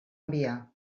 enviar